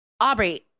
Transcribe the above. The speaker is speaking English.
Aubrey